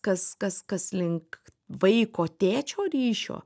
kas kas kas link vaiko tėčio ryšio